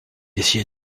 essayait